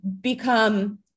become